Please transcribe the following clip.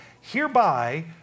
hereby